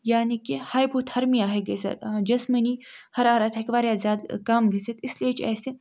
یعنی کہِ hypothermia ہیٚکہِ گٔژھِتھ جِسمٲنی حرارت ہیٚکہِ واریاہ زیادٕ کم گٔژھِتھ اِسلیے چھِ اَسہِ